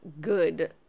good